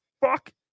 fuck